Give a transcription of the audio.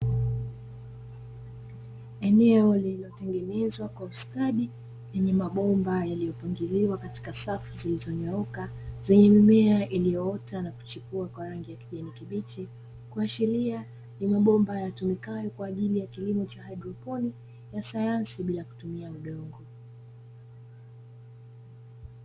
Eneo lililotengenezwa kwa ustadi lenye mabomba yaliyopangiliwa katika safu zilizonyooka zenye mimea iliyoota na kuchipua kwa rangi ya kijani kibichi, kuashiria ni mabomba yatumikayo kwa ajili ya kilimo cha haidroponi ya sayansi bila kutumia udongo.